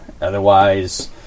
Otherwise